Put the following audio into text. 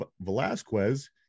Velasquez